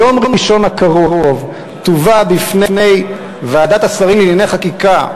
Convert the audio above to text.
ביום ראשון הקרוב תובא בפני ועדת השרים לענייני חקיקה